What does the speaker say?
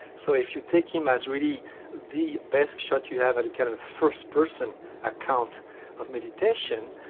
so if you take him as really the best shot you have at a kind of first-person account of meditation,